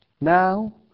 Now